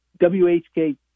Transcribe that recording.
WHK